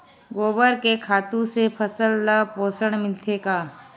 गोबर के खातु से फसल ल पोषण मिलथे का?